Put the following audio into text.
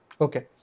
Okay